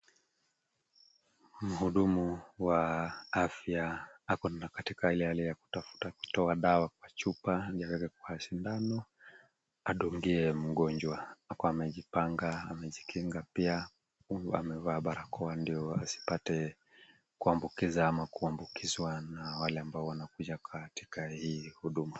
Mhudumu wa afya ako katika ile hali ya kutafuta kutoa dawa kwa chupa ili aweke kwa shindano adungie mgonjwa. Ako amejipanga, amejikinga pia huyu amevaa barakoa ndio asipate kuambikiza au kuambukizwa na wale ambao wanakuja katika hii huduma.